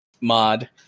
mod